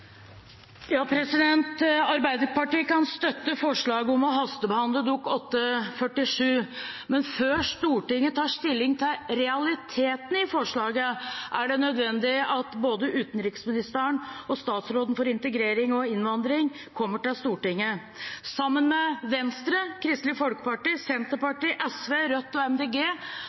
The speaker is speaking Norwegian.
Arbeiderpartiet kan støtte forslaget om å hastebehandle Dokument 8:47, men før Stortinget tar stilling til realiteten i forslaget, er det nødvendig at både utenriksministeren og statsråden for integrering og innvandring kommer til Stortinget. Sammen med Venstre, Kristelig Folkeparti, Senterpartiet, SV, Rødt og